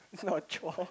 is not a chores